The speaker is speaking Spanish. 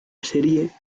serie